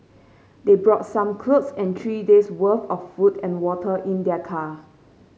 they brought some clothes and three days' worth of food and water in their car